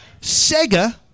Sega